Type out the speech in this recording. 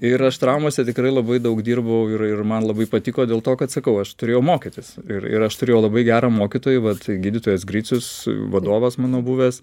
ir aš traumose tikrai labai daug dirbau ir ir man labai patiko dėl to kad sakau aš turėjau mokytis ir ir aš turėjau labai gerą mokytoją vat gydytojas gricius vadovas mano buvęs